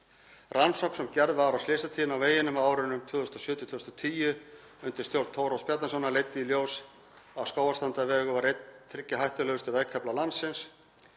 Rannsókn sem gerð var á slysatíðni á veginum á árunum 2007–2010 undir stjórn Þórodds Bjarnasonar leiddi í ljós að Skógarstrandarvegur var einn þriggja hættulegustu vegkafla landsins.